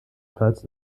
pfalz